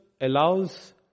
allows